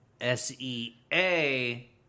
S-E-A